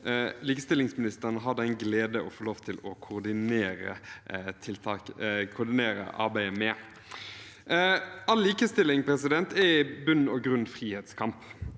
likestillingsministeren har den glede å få lov til å koordinere arbeidet med. All likestilling er i bunn og grunn frihetskamp,